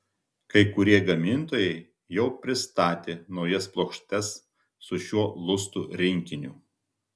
kai kurie gamintojai jau pristatė naujas plokštes su šiuo lustų rinkiniu